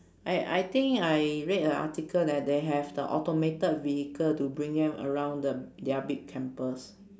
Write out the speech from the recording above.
I I think I read a article that they have the automated vehicle to bring them around the their big campus